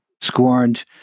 scorned